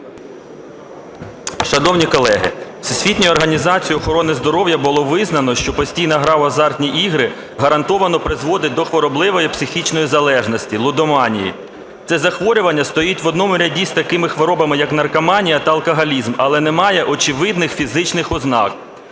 Шановні колеги, Всесвітньою організацією охорони здоров'я було визнано, що постійна гра в азартні ігри гарантовано призводить до хворобливої психічної залежності – лудоманії. Це захворювання стоїть в одному ряді з такими хворобами, як наркоманія та алкоголізм, але немає очевидних фізичних ознак.